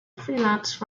freelance